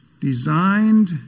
designed